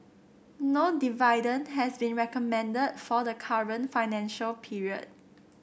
no dividend has been recommended for the current financial period